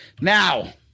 Now